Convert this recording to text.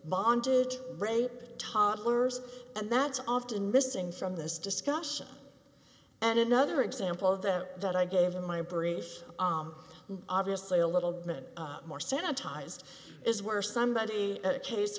bonded rape toddlers and that's often missing from this discussion and another example of that that i gave them my brief obviously a little bit more sanitized is where somebody had a case